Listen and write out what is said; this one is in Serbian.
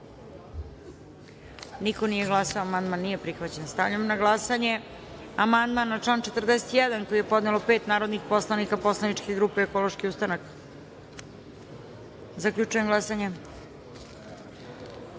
niko nije glasao. Konstatujem da amandman nije prihvaćen. Stavljam na glasanje amandman na član 41. koji je podnelo pet narodnih poslanika poslaničke grupe Ekološki ustanak. Zaključujem glasanje: